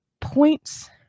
points